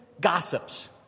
gossips